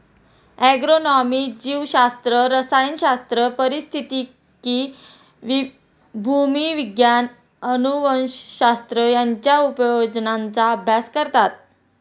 agronomy जीवशास्त्र, रसायनशास्त्र, पारिस्थितिकी, भूविज्ञान, अनुवंशशास्त्र यांच्या उपयोजनांचा अभ्यास करतात